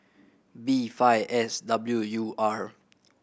B five S W U R